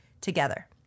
together